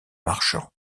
marchand